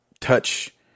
touch